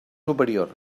superior